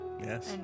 Yes